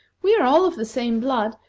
we are all of the same blood,